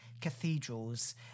cathedrals